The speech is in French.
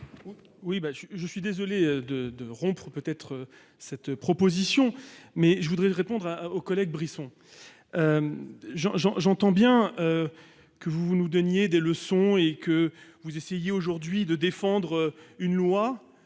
je, je suis désolé de de rompre peut être cette proposition, mais je voudrais répondre à aux collègues Brisson Jean Jean j'entends bien que vous nous donniez des leçons et que vous essayer aujourd'hui de défendre une loi,